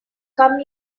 come